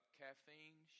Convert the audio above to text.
caffeine